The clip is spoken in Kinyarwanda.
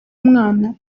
umwana